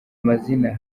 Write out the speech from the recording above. amazina